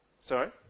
Sorry